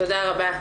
תודה רבה.